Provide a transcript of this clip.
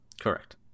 Correct